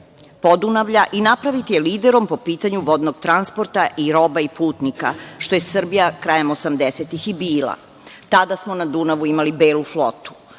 Podunavlja i napraviti je liderom po pitanju vodnog transporta i roba i putnika, što je Srbija krajem 80-ih i bila. Tada smo na Dunavu imali Belu flotu. Ovaj